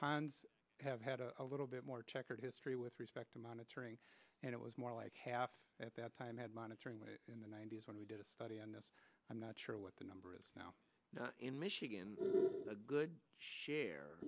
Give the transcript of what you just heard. ponds have had a little bit more checkered history with respect to monitoring and it was more like half that time had monitoring in the ninety's when we did a study on this i'm not sure what the number is now in michigan a good share